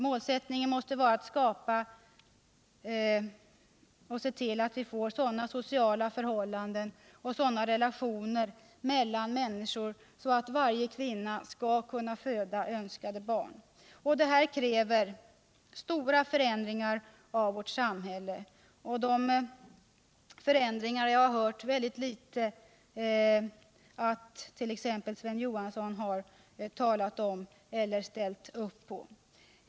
Målsättningen måste vara att se till att vi får sådana sociala förhållanden och sådana relationer mellan människor att varje kvinna kan föda önskade barn. Detta kräver stora förändringar av vårt samhälle. De förändringarna har jag inte hört att t.ex. Sven Johansson ställt upp på.